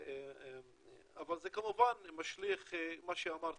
אבל זה כמובן משליך למה שאמרתי,